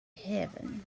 heaven